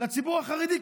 לציבור החרדי,